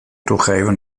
toegeven